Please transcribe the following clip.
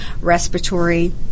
respiratory